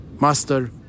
Master